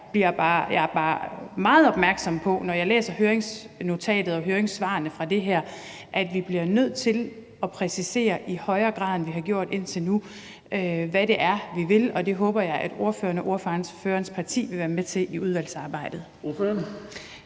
er bare meget opmærksom på, når jeg læser høringsnotatet og høringssvarene om det her, at vi bliver nødt til at præcisere i højere grad, end vi har gjort indtil nu, hvad det er, vi vil, og det håber jeg ordføreren og ordførerens parti vil være med til i udvalgsarbejdet.